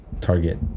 Target